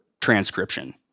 transcription